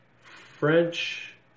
French